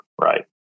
right